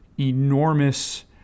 Enormous